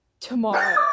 tomorrow